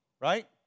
Right